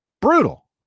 Brutal